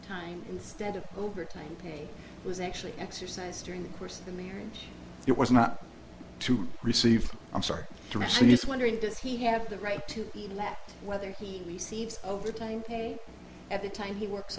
time instead of overtime pay was actually exercise during the course of the marriage it was not to receive i'm sorry to see us wondering does he have the right to be left whether he receives overtime pay at the time he works